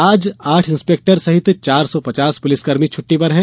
आज आठ इंस्पेक्टर सहित चार सौ पचास पुलिसकर्मी छुट्टी पर हैं